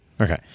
Okay